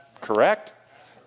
Correct